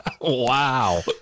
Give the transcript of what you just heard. Wow